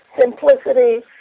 simplicity